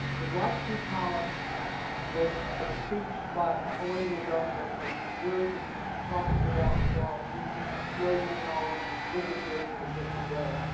the right two columns was a speech by a colonial governor from new jersey talking about well, we need to slow down and look at this in a different way.